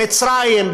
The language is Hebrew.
במצרים,